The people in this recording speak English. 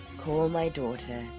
call my daughter.